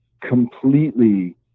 completely